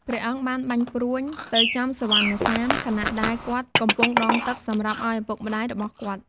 ព្រះអង្គបានបាញ់ព្រួញទៅចំសុវណ្ណសាម ខណៈដែលគាត់កំពុងដងទឹកសម្រាប់ឲ្យឪពុកម្ដាយរបស់គាត់។